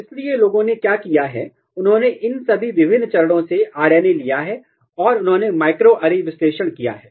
इसलिए लोगों ने क्या किया है उन्होंने इन सभी विभिन्न चरणों से आरएनए लिया है और उन्होंने माइक्रोएरे विश्लेषण किया है